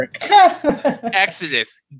Exodus